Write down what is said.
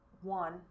one